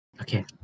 okay